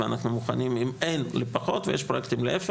ויש פרוייקטים להיפך.